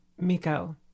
Miko